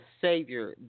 Savior